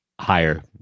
higher